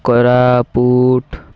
Koraput